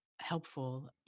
helpful